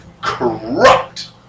corrupt